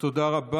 תודה רבה.